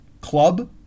club